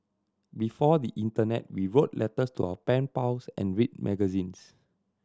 before the internet we wrote letters to our pen pals and read magazines